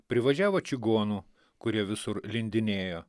privažiavo čigonų kurie visur lindinėjo